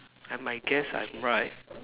I might guess I'm right